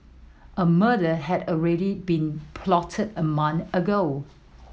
a murder had already been plotted a month ago